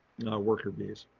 worker bees.